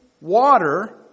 water